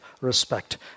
respect